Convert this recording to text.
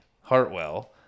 Hartwell